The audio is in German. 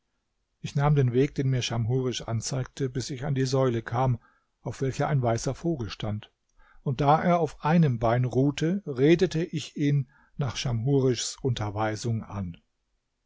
ich nahm den weg den mir schamhurisch anzeigte bis ich an die säule kam auf welcher ein weißer vogel stand und da er auf einem bein ruhte redete ich ihn nach schamhurischs unterweisung an